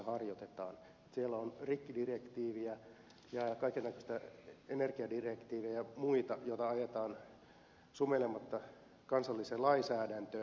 siellä on rikkidirektiiviä ja kaikennäköistä energiadirektiiviä ja muita joita ajetaan sumeilematta kansalliseen lainsäädäntöön